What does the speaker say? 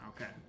Okay